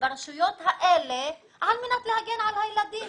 ברשויות האלה על מנת להגן על הילדים.